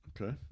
Okay